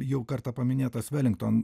jau kartą paminėtas velington